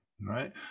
right